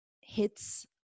hits